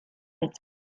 mit